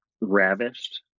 ravished